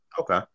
Okay